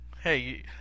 Hey